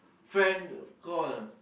friend call